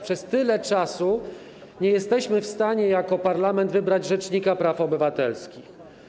Przez tyle czasu nie jesteśmy w stanie jako parlament wybrać rzecznika praw obywatelskich.